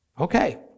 Okay